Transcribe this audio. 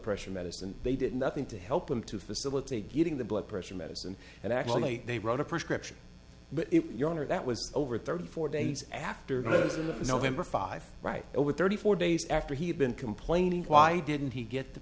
pressure medicine they did nothing to help them to facilitate getting the blood pressure medicine and actually they wrote a prescription but your honor that was over thirty four days after goes into november five right over thirty four days after he had been complaining why didn't he get the